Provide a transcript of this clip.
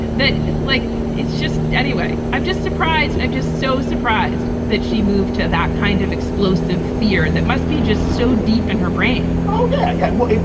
that like it's just. anyway, i'm just surprised. i'm just so surprised that she moved to that kind of explosive fear. that must be just so deep in her brain oh, yeah. yeah. well,